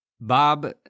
Bob